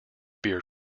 beer